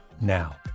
now